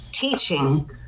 teaching